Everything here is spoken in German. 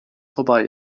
vorbei